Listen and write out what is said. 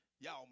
Y'all